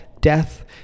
death